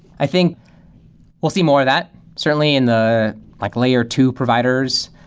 i think we'll see more of that, certainly in the like layer two providers,